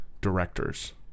directors